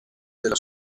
della